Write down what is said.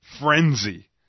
frenzy